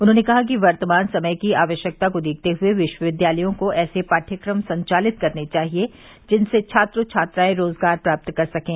उन्होंने कहा कि वर्तमान समय की आवश्यकता को देखते हुए विश्वविद्यालयों को ऐसे पाठ्यक्रम संचालित करने चाहिए जिनसे छात्र छात्राएं रोजगार प्राप्त कर सकें